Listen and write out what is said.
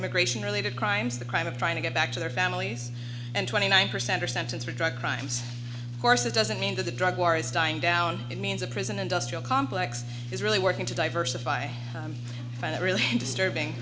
immigration related crimes the crime of trying to get back to their families and twenty nine percent are sentence for drug crimes course that doesn't mean that the drug war is dying down in means of prison industrial complex is really working to diversify and it really disturbing